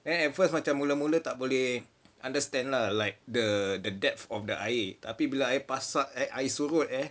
then at first macam mula-mula tak boleh understand lah like the the depth of the air tapi bila air surut